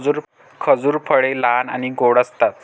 खजूर फळे लहान आणि गोड असतात